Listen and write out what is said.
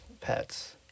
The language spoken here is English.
pets